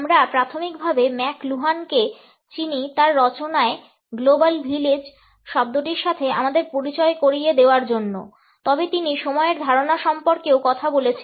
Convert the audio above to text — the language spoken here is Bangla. আমরা প্রাথমিকভাবে ম্যাক লুহানকে চিনি তার রচনায় গ্লোবাল ভিলেজ শব্দটির সাথে আমাদের পরিচয় করিয়ে দেওয়ার জন্য তবে তিনি সময়ের ধারণা সম্পর্কেও কথা বলেছেন